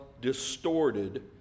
distorted